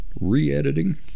re-editing